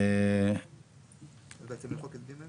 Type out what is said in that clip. אז בעצם למחוק את (ג)?